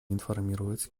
информировать